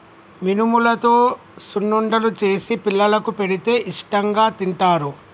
మినుములతో సున్నుండలు చేసి పిల్లలకు పెడితే ఇష్టాంగా తింటారు